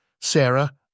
Sarah